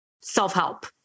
self-help